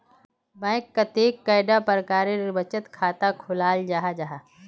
Bank कतेक कैडा प्रकारेर बचत खाता खोलाल जाहा जाहा?